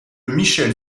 michel